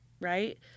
Right